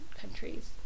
countries